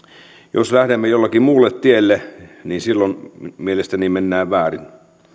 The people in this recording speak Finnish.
jos lähdemme jollekin muulle tielle niin silloin mielestäni mennään väärin